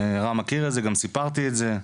רם מכיר את זה גם סיפרתי את זה,